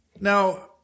Now